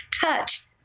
touched